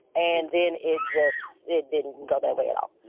and then it just it didn't go that way at all yeah.